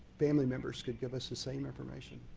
family members could give us the same information.